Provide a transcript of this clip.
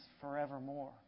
forevermore